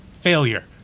Failure